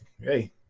Hey